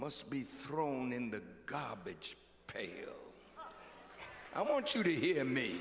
must be thrown in the garbage pail i want you to hear me